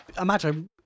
imagine